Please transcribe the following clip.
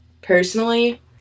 personally